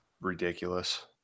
ridiculous